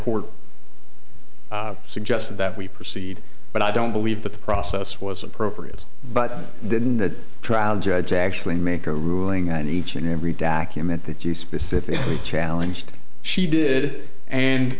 court suggested that we proceed but i don't believe that the process was appropriate but didn't the trial judge actually make a ruling on each and every document that you specific challenge that she did and